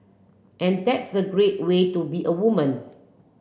and that's a great way to be a woman